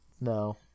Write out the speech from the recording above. No